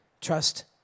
trust